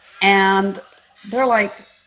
and they're like,